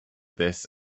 this